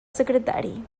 secretari